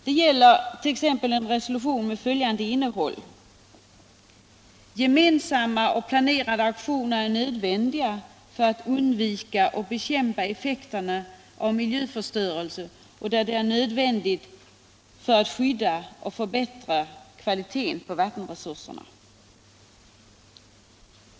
Det är t.ex. fråga om en resolution med följande innehåll: Gemensamma och planerade aktioner är nödvändiga för att undvika och bekämpa effekterna av miljöförstörelse och där det är nödvändigt för att skydda och förbättra kvaliteten på vattenresurserna.